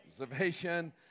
observation